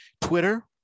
Twitter